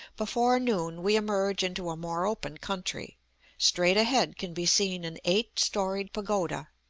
before noon we emerge into a more open country straight ahead can be seen an eight-storied pagoda.